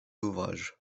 ouvrages